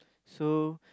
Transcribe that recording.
so